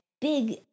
big